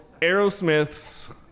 Aerosmith's